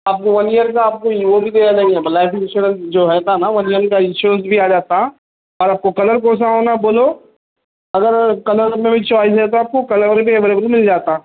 آپ کو one year کا آپ کو وہ بھی دیا جائیں گا لائف انشورنس جو رہتا نا ون ایئر کا انشورنس بھی آ جاتا اور آپ کو کلر کون سا ہونا بولو اگر کلر میں بھی چوائس ہے تو آپ کو کلر بھی اویلیبل مل جاتا